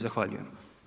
Zahvaljujem.